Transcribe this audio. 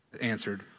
answered